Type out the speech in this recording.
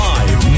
Live